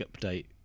update